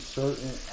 certain